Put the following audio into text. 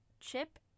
chip